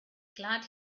glad